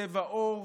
צבע עור,